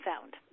found